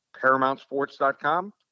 ParamountSports.com